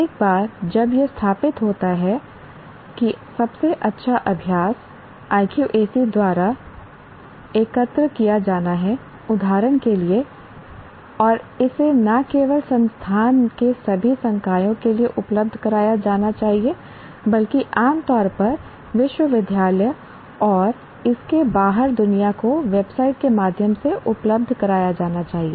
एक बार जब यह स्थापित हो जाता है कि सबसे अच्छा अभ्यास IQAC द्वारा एकत्र किया जाना है उदाहरण के लिए और इसे न केवल संस्थान के सभी संकायों के लिए उपलब्ध कराया जाना चाहिए बल्कि आम तौर पर विश्वविद्यालय और इसके बाहर दुनिया को वेबसाइट के माध्यम से उपलब्ध कराया जाना चाहिए